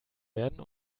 werden